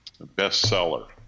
bestseller